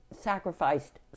sacrificed